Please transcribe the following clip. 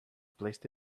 placed